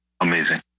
amazing